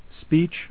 Speech